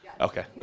Okay